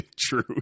True